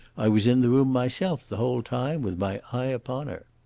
i was in the room myself the whole time, with my eye upon her.